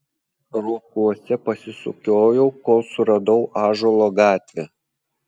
rokuose pasisukiojau kol suradau ąžuolo gatvę